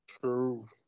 True